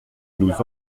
nous